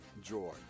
joy